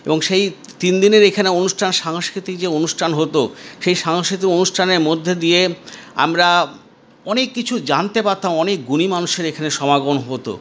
এবং সেই তিনদিনের এখানে অনুষ্ঠান সাংস্কৃতিক যে অনুষ্ঠান হতো সেই সাংস্কৃতিক অনুষ্ঠানের মধ্যে দিয়ে আমরা অনেক কিছু জানতে পারতাম অনেক গুণী মানুষের এখানে সমাগম হতো